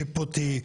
שיפוטי,